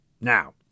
Now